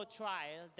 trial